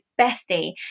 bestie